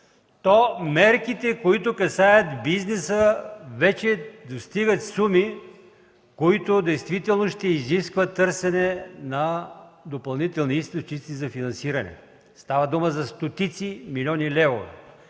то мерките, които касаят бизнеса, вече достигат суми, които действително ще изискват търсене на допълнителни източници за финансиране. Става дума за стотици милиони левове.